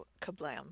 Kablam